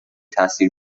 تاثیر